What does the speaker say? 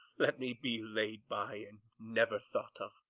let me be laid by and never thought of.